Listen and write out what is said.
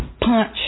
punch